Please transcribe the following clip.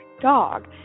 dog